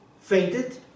fainted